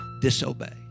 disobey